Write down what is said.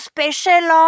Special